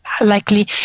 likely